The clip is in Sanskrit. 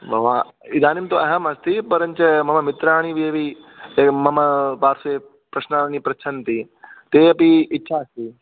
भवा इदानीं तु अहम् अस्मि परञ्च मम मित्राणि वी वी मम पार्स्वे प्रश्नानि पृच्छन्ति तेषामपि इच्छा अस्ति